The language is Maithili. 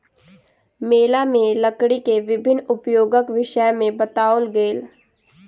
मेला में लकड़ी के विभिन्न उपयोगक विषय में बताओल गेल